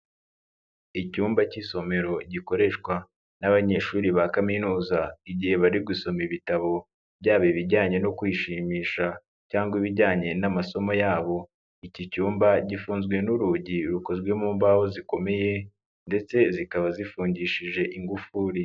Icyumba cy'isomero gikoreshwa n'abanyeshuri ba Kaminuza igihe bari gusoma ibitabo byaba ibijyanye no kwishimisha cyangwa ibijyanye n'amasomo yabo, iki cyumba gifunzwe n'urugi rukozwe mu mbaho zikomeye ndetse zikaba zifungishije ingufuri.